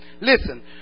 Listen